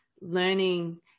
learning